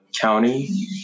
county